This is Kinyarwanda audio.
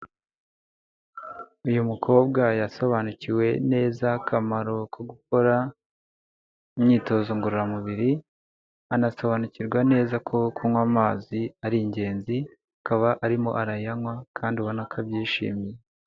Uyu mukobwa yasobanukiwe neza akamaro ko gukora imyitozo ngororamubiri, anasobanukirwa neza ko kunywa amazi ari ingenzi, akaba arimo arayanywa kandi ubona ko abyishimiye.